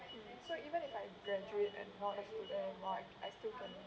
mm so even if I graduate and not a student any more I still consider